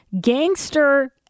Gangster